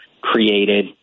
created